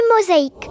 mosaïque